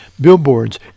billboards